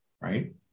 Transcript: Right